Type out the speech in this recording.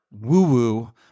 woo-woo